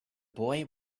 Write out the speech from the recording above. boy